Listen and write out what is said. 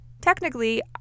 technically